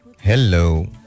Hello